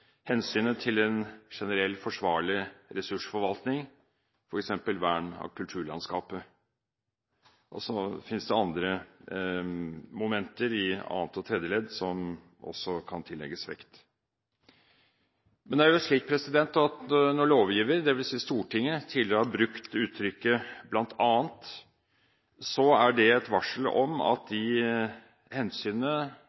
hensynet til en generelt forsvarlig ressursforvaltning, f.eks. vern av kulturlandskapet, og så finnes det andre momenter i annet og tredje ledd som også kan tillegges vekt. Når lovgiver, det vil si Stortinget, tidligere har brukt uttrykket «blant annet», er det et varsel om at